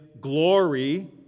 glory